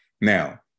Now